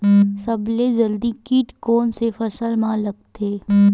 सबले जल्दी कीट कोन से फसल मा लगथे?